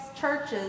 churches